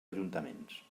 ajuntaments